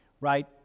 right